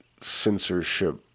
censorship